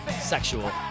sexual